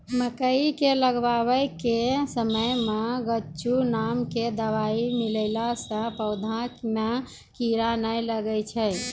मकई के लगाबै के समय मे गोचु नाम के दवाई मिलैला से पौधा मे कीड़ा नैय लागै छै?